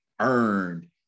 earned